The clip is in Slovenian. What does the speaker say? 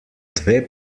dve